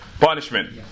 punishment